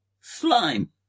Slime